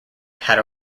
had